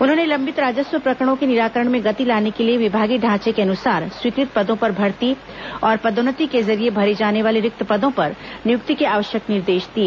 उन्होंने लंबित राजस्व प्रकरणों के निराकरण में गति लाने के लिए विभागीय ढांच के अनुसार स्वीकृत पदों पर भर्ती और पदोन्नति के जरिये भरे जाने वाले रिक्त पदों पर नियुक्त के आवश्यक निर्देश दिए